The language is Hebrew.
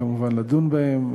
כמובן לדון בהן.